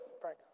Frank